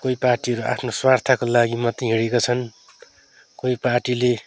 कोही पार्टीहरू आफ्नो स्वार्थको लागि मात्रै हिँडेको छन् कोही पार्टीले